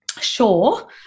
sure